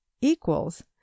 equals